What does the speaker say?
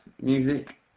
music